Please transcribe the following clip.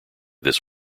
this